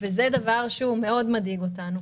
זה דבר שמדאיג אותנו מאוד.